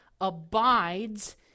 abides